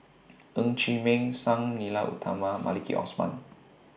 Ng Chee Meng Sang Nila Utama and Maliki Osman